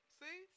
see